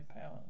power